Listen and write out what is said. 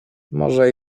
może